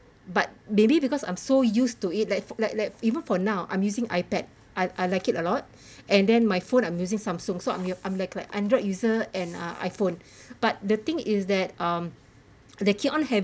but maybe because I'm so used to it like like like even for now I'm using iPad I I like it a lot and then my phone I'm using Samsung so I'm your I'm like like Android user and uh iPhone but the thing is that um they keep on having